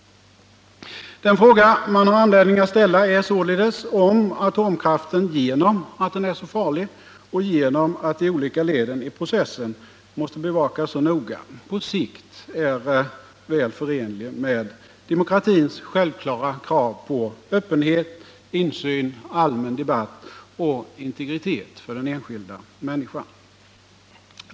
Den fråga man har anledning att ställa är således om atomkraften, genom att den är så farlig och genom att de olika leden i processen måste bevakas så noga, på sikt är väl förenlig med demokratins självklara krav på öppenhet, insyn, allmän debatt och integritet för den enskilda människan.